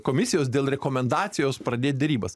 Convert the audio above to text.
komisijos dėl rekomendacijos pradėt derybas